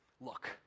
Look